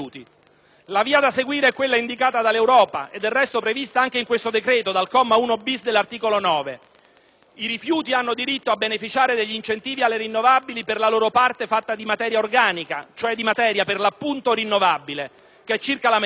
La via da seguire è quella indicata dall'Europa, del resto prevista anche in questo decreto, al comma 1-*bis* dell'articolo 9: i rifiuti hanno diritto a beneficiare degli incentivi alle rinnovabili per la loro parte fatta di materia organica, cioè di materia per l'appunto rinnovabile che è circa la metà;